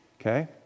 Okay